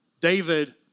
David